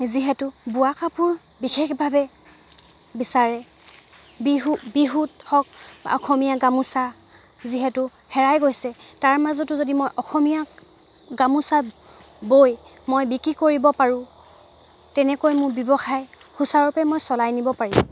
যিহেতু বোৱা কাপোৰ বিশেষভাৱে বিচাৰে বিহু বিহুত হওক অসমীয়া গামোচা যিহেতু হেৰাই গৈছে তাৰ মাজতো যদি মই অসমীয়া গামোচা বৈ মই বিক্ৰী কৰিব পাৰোঁ তেনেকৈ মোৰ ব্যৱসায় সুচাৰুৰূপে মই চলাই নিব পাৰিম